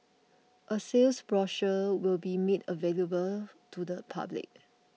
a sales brochure will be made available to the public